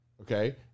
okay